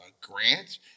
grant